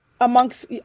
amongst